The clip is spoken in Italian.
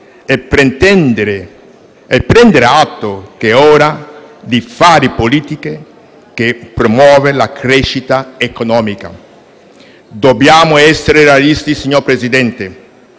e prendere atto che è ora di fare politiche che promuovano la crescita economica. Dobbiamo essere realisti, signor Presidente: